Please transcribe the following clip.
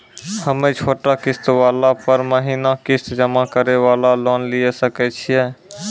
हम्मय छोटा किस्त वाला पर महीना किस्त जमा करे वाला लोन लिये सकय छियै?